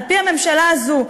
על-פי הממשלה הזו,